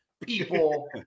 People